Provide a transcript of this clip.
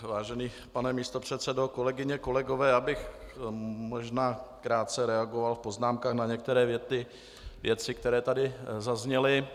Vážený pane místopředsedo, kolegyně, kolegové, já bych možná krátce reagoval poznámkami na některé věci, které tady zazněly.